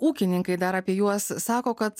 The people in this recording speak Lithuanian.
ūkininkai dar apie juos sako kad